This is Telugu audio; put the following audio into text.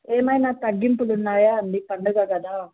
ఏమైనా తగ్గింపులున్నాయా అండి పండుగ కదా